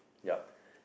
yup